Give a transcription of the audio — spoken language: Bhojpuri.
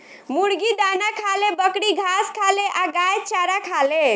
मुर्गी दाना खाले, बकरी घास खाले आ गाय चारा खाले